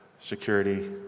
security